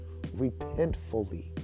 repentfully